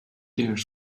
dare